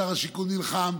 שר השיכון נלחם,